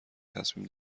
تصمیم